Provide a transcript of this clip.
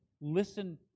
Listen